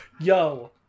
Yo